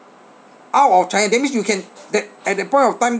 out of china that means you can at at that point of time